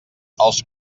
els